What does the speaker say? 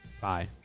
Bye